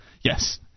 Yes